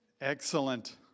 Excellent